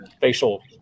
facial